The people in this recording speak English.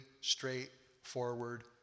straightforward